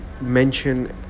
mention